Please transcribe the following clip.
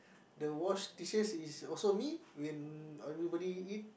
the wash dishes is also me when everybody eat